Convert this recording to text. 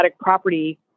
property